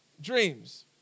dreams